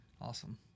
Awesome